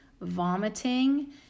vomiting